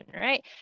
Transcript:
right